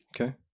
Okay